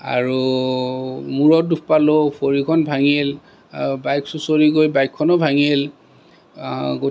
আৰু মূৰত দুখ পালোঁ ভৰিখন ভাঙিল বাইক চুঁচৰি গৈ বাইকখনো ভাঙিল